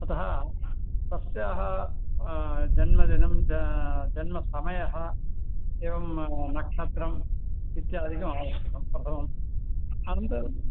अतः तस्याः जन्मदिनं जा जन्मसमयः एवं नक्षत्रम् इत्यादिकमावश्यकं प्रथमम् अनन्तरम्